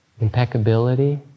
Impeccability